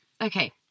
Okay